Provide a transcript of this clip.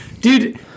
Dude